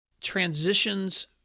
transitions